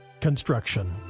Construction